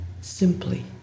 simply